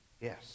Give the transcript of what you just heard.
Yes